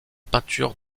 peinture